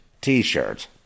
t-shirt